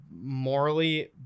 morally